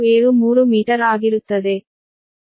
0473 metre ಆಗಿರುತ್ತದೆ